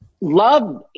love